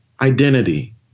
identity